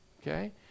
okay